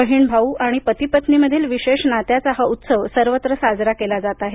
बहीण भाऊ आणि पती पत्नींमधील विशेष नात्याचा हा उत्सव सर्वत्र साजरा केला जात आहे